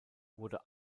wurde